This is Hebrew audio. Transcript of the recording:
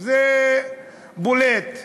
זה בולט.